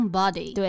body